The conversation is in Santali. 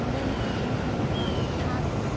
ᱱᱚᱰᱮ ᱢᱤᱫᱴᱮᱡ ᱡᱤᱱᱤᱥ ᱧᱮᱞᱚᱜ ᱠᱟᱱᱟ ᱤᱛᱤᱦᱟᱸᱥ